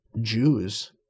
Jews